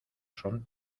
son